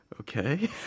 Okay